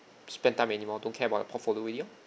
spend time anymore don't care about your portfolio already lor